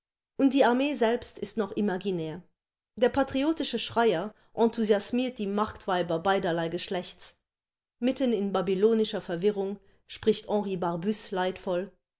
und die armee selbst ist noch imaginär der patriotische schreier enthusiasmiert die marktweiber beiderlei geschlechts mitten in babylonischer verwirrung spricht